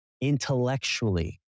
intellectually